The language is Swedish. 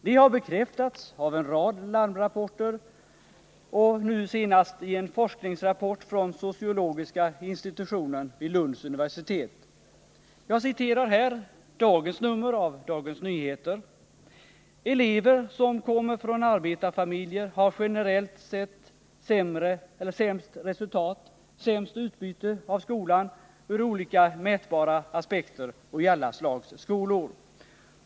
Det har bekräftats av en rad larmrapporter och nu senast i en forskningsrapport från sociologiska institutionen vid Lunds universitet. Jag citerar här dagens nummer av Dagens Nyheter: ”Elever som kommer från arbetarfamiljer har generellt sett sämst resultat, sämst utbyte av skolan ur olika mätbara aspekter och i alla slags skolor.